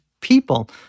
people